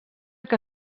que